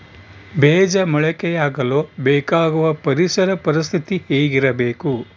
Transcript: ಬೇಜ ಮೊಳಕೆಯಾಗಲು ಬೇಕಾಗುವ ಪರಿಸರ ಪರಿಸ್ಥಿತಿ ಹೇಗಿರಬೇಕು?